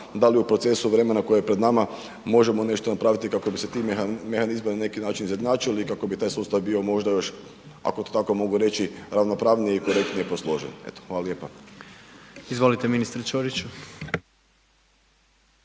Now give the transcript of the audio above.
da li u procesu vremena koje je pred nama možemo nešto napraviti kako bi se ti mehanizmi na neki način izjednačili i kako bi taj sustav bio možda još, ako to tako mogu reći ravnopravniji i direktnije posložen? Hvala lijepa. **Jandroković,